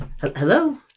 Hello